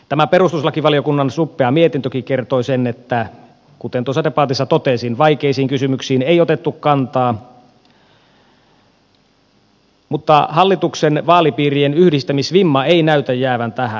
tämä perustuslakivaliokunnan suppea mietintökin kertoi sen että kuten tuossa debatissa totesin vaikeisiin kysymyksiin ei otettu kantaa mutta hallituksen vaalipiirien yhdistämisvimma ei näytä jäävän tähän